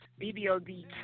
BBOD